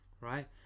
right